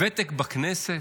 ותק בכנסת,